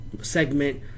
Segment